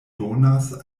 donas